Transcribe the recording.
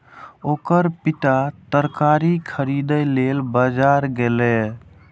ओकर पिता तरकारी खरीदै लेल बाजार गेलैए